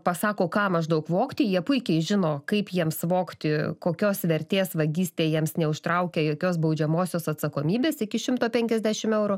pasako ką maždaug vogti jie puikiai žino kaip jiems vogti kokios vertės vagystė jiems neužtraukia jokios baudžiamosios atsakomybės iki šimti penkiasdešim eurų